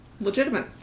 Legitimate